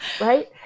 Right